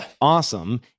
awesome